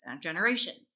generations